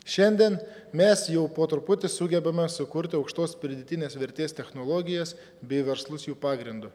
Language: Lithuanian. šiandien mes jau po truputį sugebame sukurti aukštos pridėtinės vertės technologijas bei verslus jų pagrindu